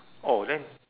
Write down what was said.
oh then